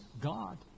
God